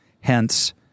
hence